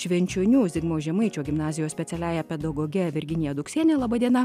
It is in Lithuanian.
švenčionių zigmo žemaičio gimnazijos specialiąja pedagoge virginija duksiene laba diena